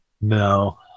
No